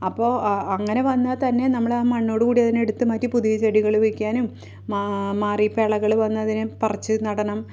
അപ്പോള് അങ്ങനെ വന്നാല്ത്തന്നെ നമ്മള് ആ മണ്ണോടുകൂടി അതിനെ എടുത്ത് മാറ്റി പുതിയ ചെടികള് വെയ്ക്കാനും മാറി പെളകള് വന്നതിനെ പറിച്ചുനടണം